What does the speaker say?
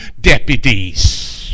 deputies